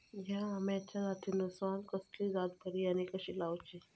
हया आम्याच्या जातीनिसून कसली जात बरी आनी कशी लाऊची?